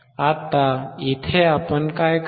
आता इथे आपण काय करणार